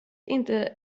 inte